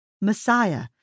Messiah